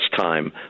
time